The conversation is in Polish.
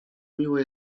miłe